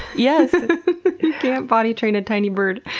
yes! you can't potty train a tiny bird.